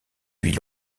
huit